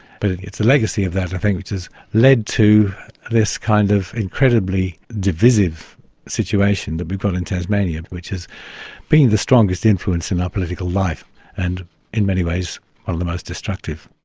but it's the legacy of that, i think, which has led to this kind of incredibly divisive situation that we've got in tasmania, which has been the strongest influence in our political life and in many ways one of the most destructive.